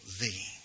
thee